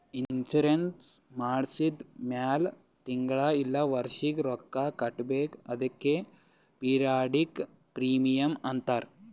insurance ಮಾಡ್ಸಿದ ಮ್ಯಾಲ್ ತಿಂಗಳಾ ಇಲ್ಲ ವರ್ಷಿಗ ರೊಕ್ಕಾ ಕಟ್ಬೇಕ್ ಅದ್ಕೆ ಪಿರಿಯಾಡಿಕ್ ಪ್ರೀಮಿಯಂ ಅಂತಾರ್